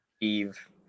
Eve